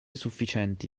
sufficienti